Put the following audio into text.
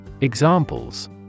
Examples